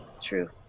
True